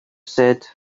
said